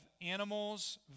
animals